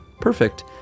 perfect